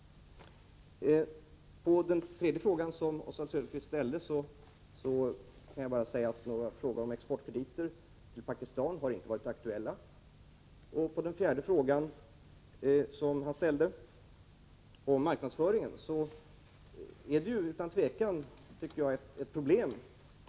På den tredje frågan som Oswald Söderqvist ställde kan jag bara säga att några exportkrediter till Pakistan inte har varit aktuella. Den fjärde frågan rör marknadsföringen och den är utan tvivel ett problem.